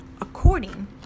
according